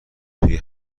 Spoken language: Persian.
توی